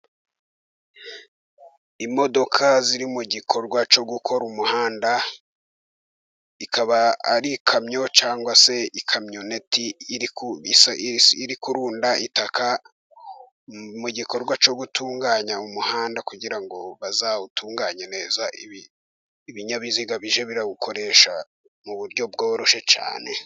Imodoka ziri mu gikorwa cyo gukora umuhanda, ikaba ari ikamyo cyangwa se ikamyoneti iri kurunda itaka, mu gikorwa cyo gutunganya umuhanda, kugira ngo bazawutunganye neza ibinyabiziga bijye birawukoresha mu buryo bworoshye cyane.